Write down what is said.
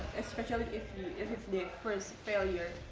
especially if it's their first failure.